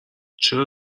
چرا